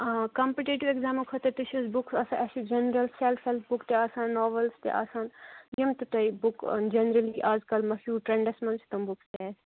آ کَمپِٹیٚٹِو اٮ۪کزامو خٲطرٕ تہِ چھِ أسۍ بُکٕس آسان اَسہِ چھِ جَنرَل سٮ۪لفٮ۪ل بُک تہِ آسان ناوَلٕز تہِ آسان یِم تہِ تۄہہِ بُک جَنٛرَلی آز کَل مشہوٗر ٹرٛٮ۪نٛڈَس منٛز چھِ تِم بُکٕس تہِ آسہِ